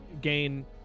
gain